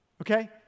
okay